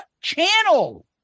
channel